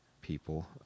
people